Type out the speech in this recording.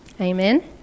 amen